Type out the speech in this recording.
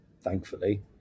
thankfully